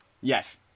Yes